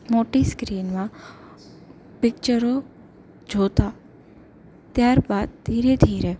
મોટી સ્ક્રીનમાં પિક્ચરો જોતાં ત્યારબાદ ધીરે ધીરે